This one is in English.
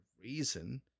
reason